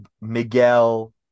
Miguel